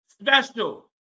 special